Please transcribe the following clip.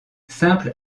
simple